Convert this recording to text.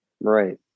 Right